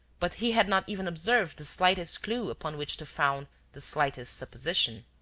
but he had not even observed the slightest clue upon which to found the slightest supposition.